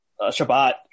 Shabbat